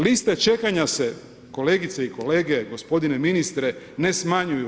Liste čekanja se, kolegice i kolege, gospodine ministre ne smanjuju.